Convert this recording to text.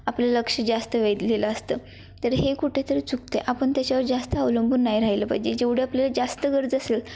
आपलं लक्ष जास्त वेधलेलं असतं तर हे कुठे तरी चुकते आपण त्याच्यावर जास्त अवलंबून नाही राहिलं पाहिजे जेवढं आपल्याला जास्त गरज असेल